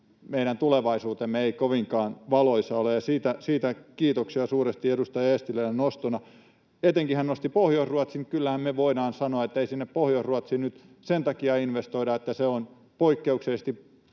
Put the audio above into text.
meidän tulevaisuutemme ei kovinkaan valoisa ole, ja siitä kiitoksia suuresti edustaja Eestilälle nostona. Etenkin hän nosti Pohjois-Ruotsin, mutta kyllähän me voidaan sanoa, ettei sinne Pohjois-Ruotsiin nyt sen takia investoida, että se on poikkeuksellisesti hienompaa